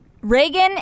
Reagan